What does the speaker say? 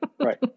right